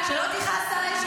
לא היה אף אחד בבית.